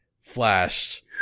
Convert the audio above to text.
flashed